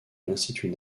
l’institut